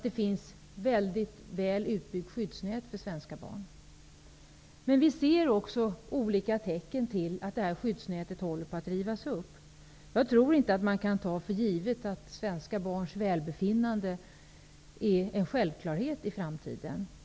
Det finns ett väl utbyggt skyddsnät för svenska barn. Men vi ser också olika tecken på att detta skyddsnät håller på att rivas upp. Jag tror inte att man kan ta för givet att svenska barns välbefinnande är en självklarhet i framtiden.